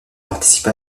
participa